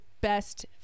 best